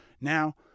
Now